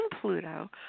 Pluto